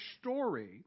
story